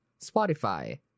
Spotify